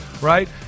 right